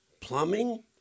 plumbing